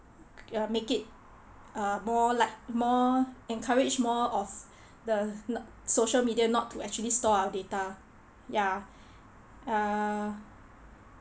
ya make it uh more like more encourage more of the no~ social media not to actually store our data ya err